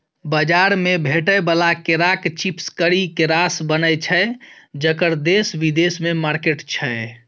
बजार मे भेटै बला केराक चिप्स करी केरासँ बनय छै जकर देश बिदेशमे मार्केट छै